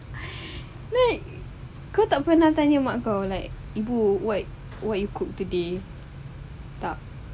like kau tak pernah tanya mak kau like ibu what you cook today tak